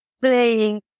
playing